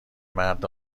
مرد